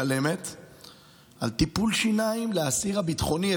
משלמת על טיפול שיניים לאסיר הביטחוני,